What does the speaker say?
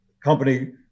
company